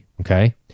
okay